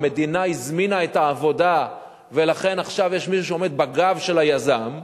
המדינה הזמינה את העבודה ולכן עכשיו יש מישהו שעומד בגב של היזם,